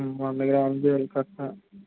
వంద గ్రాముల జిలకర్ర